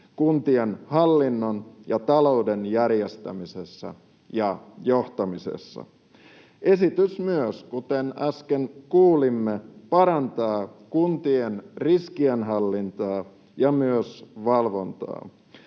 kuntien hallinnon ja talouden järjestämisessä ja johtamisessa. Esitys myös, kuten äsken kuulimme, parantaa kuntien riskienhallintaa ja myös valvontaa.